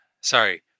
sorry